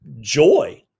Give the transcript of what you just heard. joy